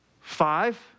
five